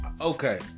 Okay